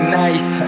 nice